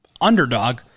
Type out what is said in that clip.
underdog